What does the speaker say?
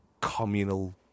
communal